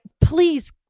Please